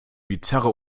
bizarre